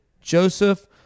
Joseph